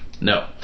No